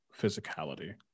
physicality